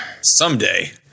Someday